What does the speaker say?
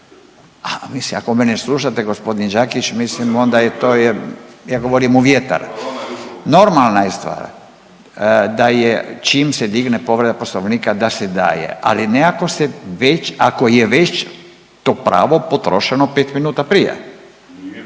ako me ne slušate gospodin Đakić mislim onda je to je, ja govori u vjetar. Normalna je stvar da je čim se digne povreda Poslovnika da se daje, ali nekako ste već, ako je već to pravo potrošeno 5 minuta prije